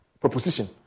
proposition